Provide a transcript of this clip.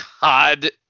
God